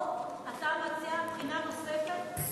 או שאתה מציע בחינה נוספת,